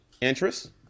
interest